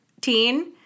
teen